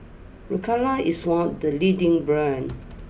Ricola is one of the leading brands